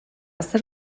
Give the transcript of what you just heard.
zer